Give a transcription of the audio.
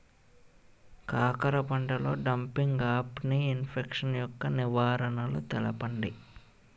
కాకర పంటలో డంపింగ్ఆఫ్ని ఇన్ఫెక్షన్ యెక్క నివారణలు తెలపండి?